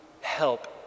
help